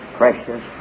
precious